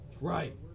Right